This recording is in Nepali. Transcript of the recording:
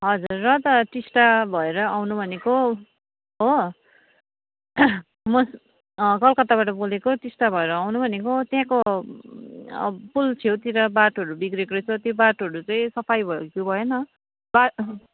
हजुर र त टिस्टा भएर आउनु भनेको हो म कलकत्ताबाट बोलेको टिस्टा भएर आउनु भनेको त्यहाँको पुल छेउतिर बाटोहरू बिग्रेको रहेछ त्यो बाटोहरू चाहिँ सफाई भयो कि भएन बा